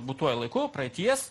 būtuoju laiku praeities